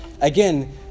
Again